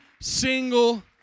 single